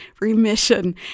remission